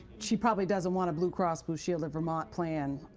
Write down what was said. she probably doesn't want a blue cross blue shield of vermont plan,